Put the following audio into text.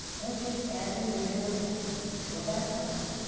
or just adding visual interest to a background.